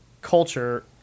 culture